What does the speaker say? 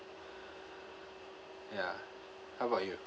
ya how about you